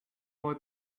boy